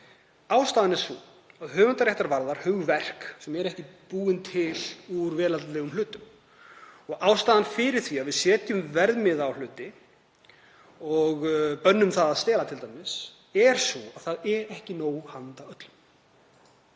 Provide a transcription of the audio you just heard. Ástæðan er sú að höfundaréttur varðar hugverk sem eru ekki búin til úr veraldlegum hlutum. Ástæðan fyrir því að við setjum verðmiða á hluti og bönnum það að stela t.d. er sú að það er ekki nóg handa öllum.